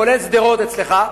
כולל שדרות אצלך,